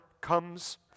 comes